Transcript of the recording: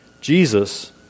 Jesus